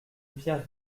pierre